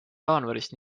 jaanuaris